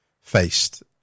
faced